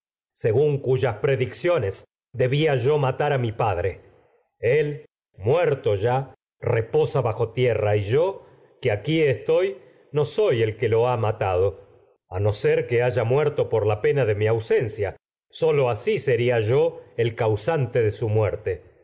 según cuyas predicciones debía yo matar a mi muerto ya repos bajo tierra y yo que aqui soy padre él estoy no muerto el que lo he matado a no ser que haya por de la pena de mi ausencia su sólo asi sería yo el consi causante muerte